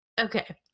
Okay